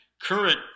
Current